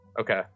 Okay